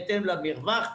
בהתאם למרווח.